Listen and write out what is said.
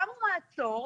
שמו מעצור,